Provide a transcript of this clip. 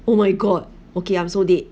oh my god okay I'm so dead